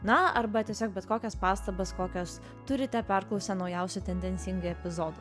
na arba tiesiog bet kokias pastabas kokias turite perklausę naujausią tendencingai epizodą